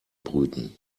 brüten